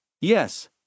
Yes